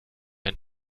ein